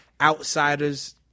outsiders